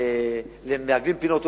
מעגלים פינות,